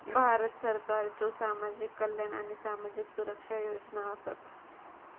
भारत सरकारच्यो सामाजिक कल्याण आणि सामाजिक सुरक्षा योजना आसत